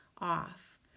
off